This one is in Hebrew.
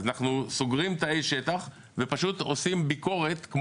אנחנו סוגרים תאי שטח ופשוט עושים ביקורת,